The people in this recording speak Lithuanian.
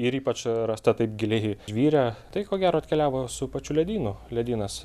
ir ypač rasta taip giliai žvyre tai ko gero atkeliavo su pačių ledynų ledynas